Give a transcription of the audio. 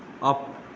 off